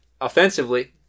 offensively